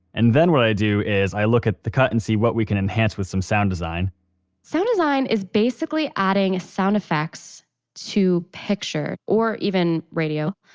and then what i do is i look at the cut and see what we can enhance with some sound design sound design is basically adding sound effects to picture or even radio.